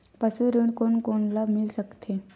पशु ऋण कोन कोन ल मिल सकथे?